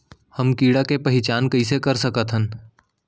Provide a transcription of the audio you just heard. हम कीड़ा के पहिचान कईसे कर सकथन